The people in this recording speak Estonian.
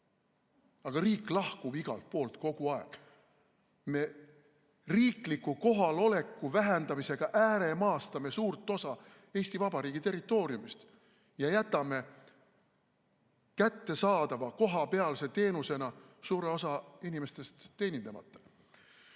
Aga riik lahkub igalt poolt kogu aeg. Me ääremaastame riikliku kohaloleku vähendamisega suurt osa Eesti Vabariigi territooriumist ja jätame kättesaadava, kohapealse teenusega suure osa inimestest teenindamata.